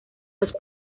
los